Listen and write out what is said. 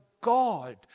God